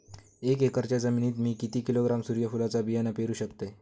एक एकरच्या जमिनीत मी किती किलोग्रॅम सूर्यफुलचा बियाणा पेरु शकतय?